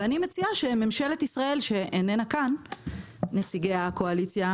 אני מציעה שממשלת ישראל ונציגי הקואליציה,